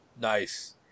Nice